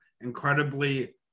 incredibly